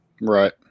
Right